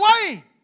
away